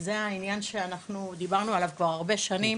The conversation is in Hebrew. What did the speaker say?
זה העניין שאנחנו דיברנו עליו כבר הרבה שנים.